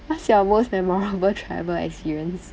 what's your most memorable travel experience